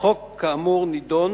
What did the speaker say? החוק כאמור נדון